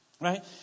Right